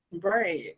right